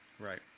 Right